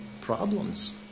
problems